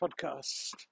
podcast